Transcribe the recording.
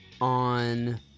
on